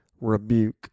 rebuke